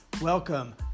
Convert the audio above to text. Welcome